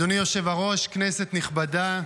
אדוני היושב-ראש, כנסת נכבדה,